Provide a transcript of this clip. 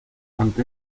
ante